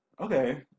Okay